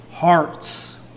Hearts